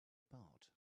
apart